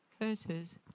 curses